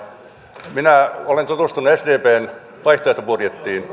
minä olen tutustunut sdpn vaihtoehtobudjettiin